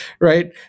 right